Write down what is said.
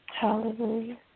Hallelujah